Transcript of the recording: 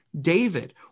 David